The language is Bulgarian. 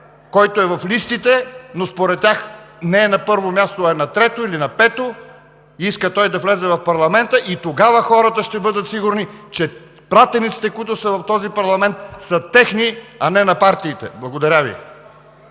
който е в листите, но според тях не е на първо място, а е на трето или на пето и иска да влезе в парламента, и тогава хората ще бъдат сигурни, че пратениците, които са в този парламент, са техни, а не на партиите. Благодаря Ви.